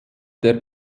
der